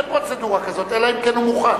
אין פרוצדורה כזאת, אלא אם כן הוא מוכן.